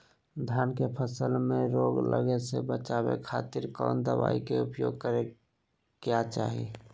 धान के फसल मैं रोग लगे से बचावे खातिर कौन दवाई के उपयोग करें क्या चाहि?